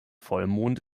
vollmond